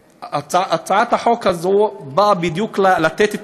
והצעת החוק הזאת באה בדיוק לתת את